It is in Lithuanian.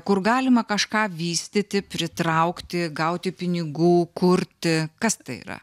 kur galima kažką vystyti pritraukti gauti pinigų kurti kas tai yra